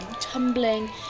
tumbling